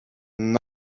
not